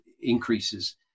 increases